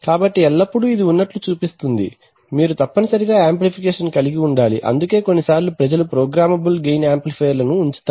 కాబట్టి ఎల్లప్పుడూ ఇది ఉన్నట్లు చూపిస్తుంది మీరు తప్పనిసరిగా యాంప్లిఫికేషన్ కలిగి ఉండాలి అందుకే కొన్నిసార్లు ప్రజలు ప్రోగ్రామబుల్ గెయిన్ యాంప్లిఫైయర్లను ఉంచుతారు